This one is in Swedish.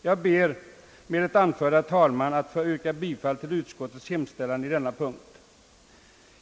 Jag ber med det anförda, herr talman, att få yrka bifall till utskottets hemställan på denna punkt.